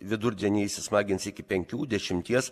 vidurdienį įsismagins iki penkių dešimties